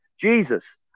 Jesus